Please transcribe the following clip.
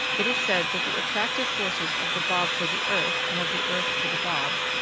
it is said that the attractive forces of the bob for the earth, and of the earth for the bob,